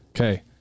Okay